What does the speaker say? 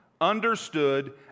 understood